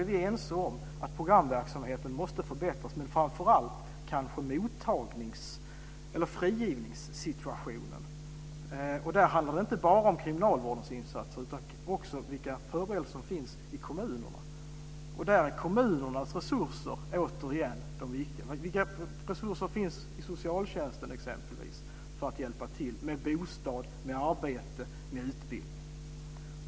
Vi är ense om att programverksamheten måste förbättras inom kriminalvården, framför allt gäller det frigivningssituationen. Det handlar inte bara om insatser av kriminalvården utan också vilka förberedelser som görs i kommunerna. Där är kommunernas resurser återigen viktiga. Vilka resurser finns t.ex. i socialtjänsten för att hjälpa till med bostad, med arbete, med utbildning?